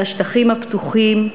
על השטחים הפתוחים,